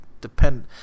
depend –